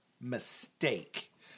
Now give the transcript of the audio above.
mistake